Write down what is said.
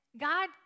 God